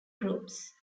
groups